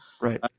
Right